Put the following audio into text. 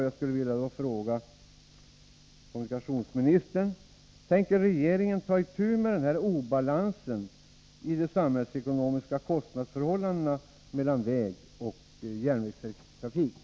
Jag skulle vilja fråga kommunikationsministern: Tänker regeringen ta itu med obalansen mellan vägtrafik och järnvägstrafik när det gäller de samhällsekonomiska kostnadsförhållandena?